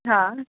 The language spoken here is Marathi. हां